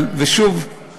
שוב,